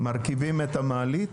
מרכיבים את המעלית?